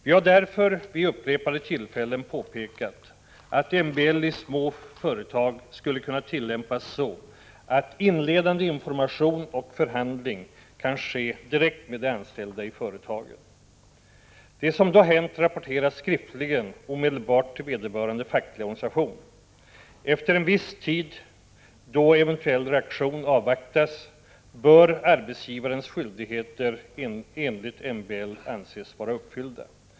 Vi har därför vid upprepade tillfällen påpekat att MBL i små företag skulle kunna tillämpas så, att inledande information och förhandling kan ske direkt med de anställda i företaget. Det som då hänt rapporteras skriftligen omedelbart till vederbörande fackliga organisation. Efter en viss tid, då eventuell reaktion avvaktas, bör arbetsgivarens skyldigheter enligt MBL anses vara uppfyllda.